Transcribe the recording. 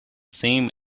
same